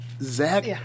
Zach